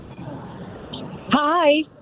Hi